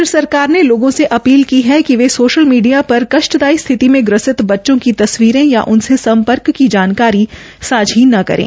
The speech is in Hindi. केन्द्र सरकार ने लोगों से अपील की है कि वे सोशल मीडिया पर कष्टदायी स्थिति में ग्रस्ति बच्चों की तस्वीरें या इनसे सम्पर्क की जानकारी सांझी न करे